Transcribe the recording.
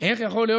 אנחנו עוברים